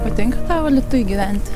patinka tau alytuj gyventi